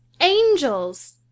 Angels